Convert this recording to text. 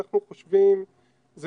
זה